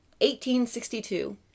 1862